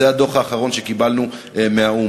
זה הדוח האחרון שקיבלנו מהאו"ם.